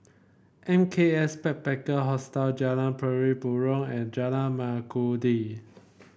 M K S Backpacker Hostel Jalan Pari Burong and Jalan Mengkudu